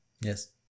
Yes